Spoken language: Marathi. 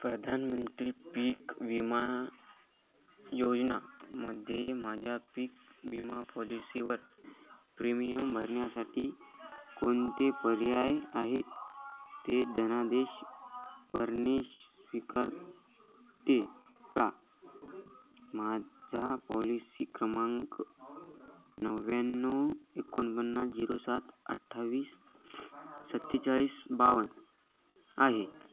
प्रधानमंत्री पीक विमा योजनामध्ये माझ्या पीक विमा पॉलिसीवर प्रीमियम भरण्यासाठी कोणते पर्याय आहेत ते धनादेश भरणे स्वीकारते का माझा पॉलिसी क्रमांक नव्याण्णव एकोणपन्नास झिरो सात अठ्ठावीस सत्तेचाळीस बावन्न आहे